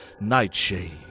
Nightshade